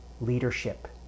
leadership